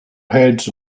heads